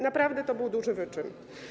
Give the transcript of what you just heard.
Naprawdę, to był duży wyczyn.